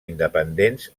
independents